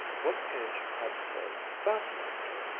what page had to say fascinated her.